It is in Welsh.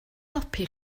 helpu